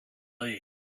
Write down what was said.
late